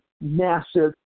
massive